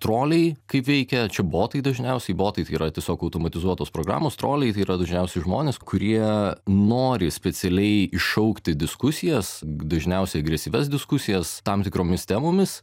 troliai kaip veikia čia botai dažniausiai botai tai yra tiesiog automatizuotos programos troliai tai yra dažniausiai žmonės kurie nori specialiai iššaukti diskusijas dažniausiai agresyvias diskusijas tam tikromis temomis